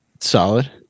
Solid